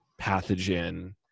pathogen